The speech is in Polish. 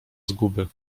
zguby